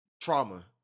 trauma